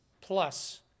plus